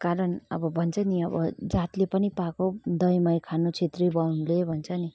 कारण अब भन्छ नि अब जातले पनि पाएको दही मही खानु छेत्री बाहुनले